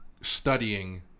studying